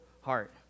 heart